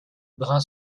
brun